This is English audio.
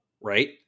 right